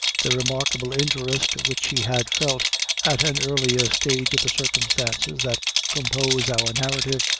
the remarkable interest which he had felt at an earlier stage of the circumstances that compose our narrative,